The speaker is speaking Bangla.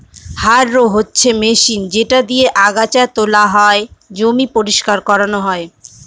হাররো হচ্ছে মেশিন যেটা দিয়েক আগাছা তোলা হয়, জমি পরিষ্কার করানো হয়